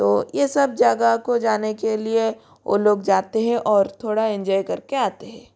तो ये सब जगह को जाने के लिए वो लोग जाते हैं और थोड़ा इन्जॉय कर के आते हैं